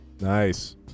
Nice